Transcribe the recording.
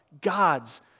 God's